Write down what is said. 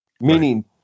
meaning